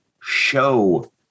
show